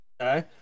Okay